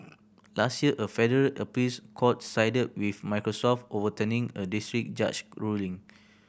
last year a federal appeals court sided with Microsoft overturning a district judge ruling